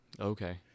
Okay